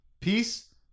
Peace